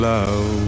Love